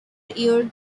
year